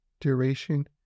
duration